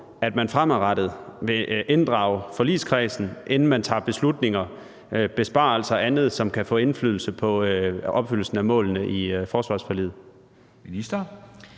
at man fremadrettet vil inddrage forligskredsen, inden man tager beslutninger om besparelser eller andet, som kan få indflydelse på opfyldelsen af målene i forsvarsforliget?